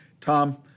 Tom